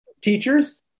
teachers